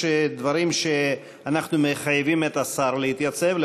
יש דברים שאנחנו מחייבים את השר להתייצב,